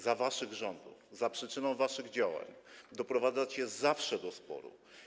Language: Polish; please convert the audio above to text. Za waszych rządów, za przyczyną waszych działań doprowadzacie zawsze do sporu.